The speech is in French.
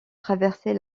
traverser